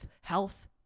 Health